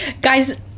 Guys